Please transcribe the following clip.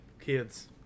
Kids